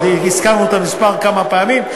אבל הזכרנו את המספר כמה פעמים,